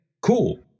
cool